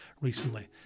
recently